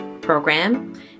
program